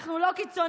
אנחנו לא קיצוניים.